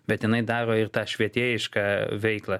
bet jinai daro ir tą švietėjišką veiklą